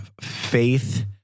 faith